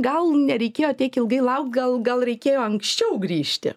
gal nereikėjo tiek ilgai laukt gal gal reikėjo anksčiau grįžti